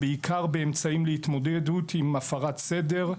בעיקר באמצעים להתמודדות עם הפרות סדר.